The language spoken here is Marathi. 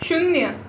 शून्य